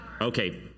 Okay